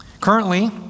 Currently